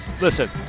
listen